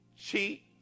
cheat